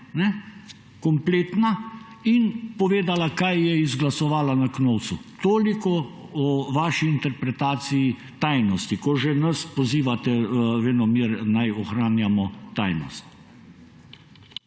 kompletna, in povedala, kaj je izglasovala na Knovsu. Toliko o vaši interpretaciji tajnosti, ko že nas pozivate venomer, naj ohranjamo tajnost.